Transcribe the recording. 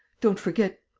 don't forget.